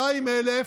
200,000